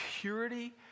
purity